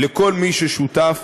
על כל מי ששותף